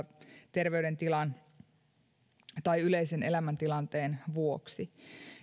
terveydentilan tai yleisen elämäntilanteen vuoksi